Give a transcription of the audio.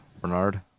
Bernard